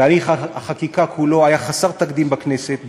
תהליך החקיקה כולו היה חסר תקדים בכנסת בכלל,